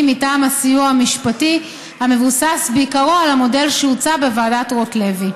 מטעם הסיוע המשפטי המבוסס בעיקרו על המודל שהוצע בוועדת רוטלוי.